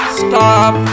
stop